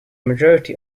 majority